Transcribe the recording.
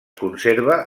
conserva